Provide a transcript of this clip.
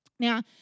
Now